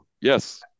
Yes